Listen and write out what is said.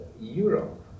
Europe